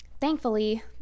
thankfully